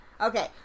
Okay